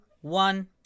one